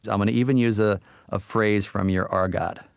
i'm going to even use a ah phrase from your argot,